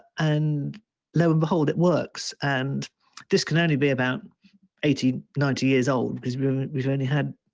and blow and behold, it works. and this can only be about eighty, ninety years old because we've only had